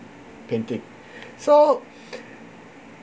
painting so